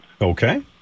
Okay